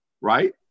right